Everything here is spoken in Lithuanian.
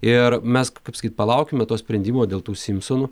ir mes kaip sakyt palaukime to sprendimo dėl tų simpsonų